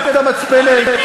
בתחנות המשטרה.